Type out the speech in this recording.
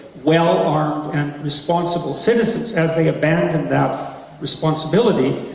well-armed, and responsible citizens as they abandoned that responsibility,